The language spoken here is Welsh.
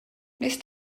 wnest